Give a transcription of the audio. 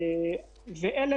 אלו